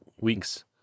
weeks